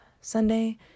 Sunday